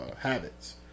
habits